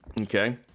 okay